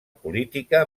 política